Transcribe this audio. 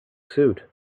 suit